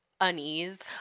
unease